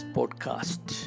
Podcast